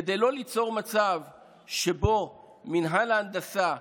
כדי לא ליצור מצב שבו מינהל ההנדסה,